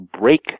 break